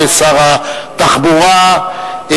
שר התחבורה,